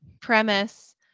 premise